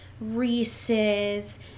reese's